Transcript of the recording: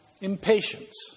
impatience